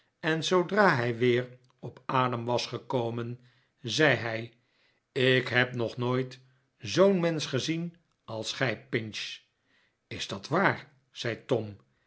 en zoodra hij weer op adem was gekomen zei hij ik heb nog nooit zoo'n rhensch gezien als gij pinch is dat waar zei tom